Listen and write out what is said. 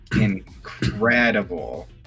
incredible